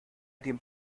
dem